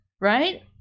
right